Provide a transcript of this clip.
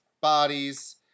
bodies